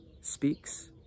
speaks